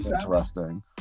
interesting